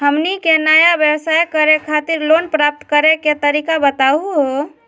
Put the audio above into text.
हमनी के नया व्यवसाय करै खातिर लोन प्राप्त करै के तरीका बताहु हो?